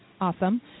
awesome